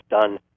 done